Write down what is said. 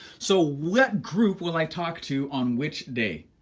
so what group will i talk to on which day?